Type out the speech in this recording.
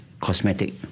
cosmetic